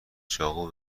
چاقو